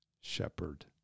shepherd